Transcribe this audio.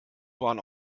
bahn